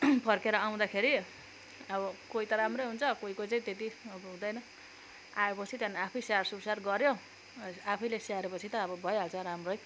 फर्केर आउँदाखेरि अब कोही त राम्रै हुन्छ कोही कोही चाहिँ त्यति हुँदेन आएपछि त्यहाँदेखि आफै स्याहार सुसार गऱ्यो आफैले स्याहारेपछि त अब भइहाल्छ राम्रै